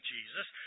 Jesus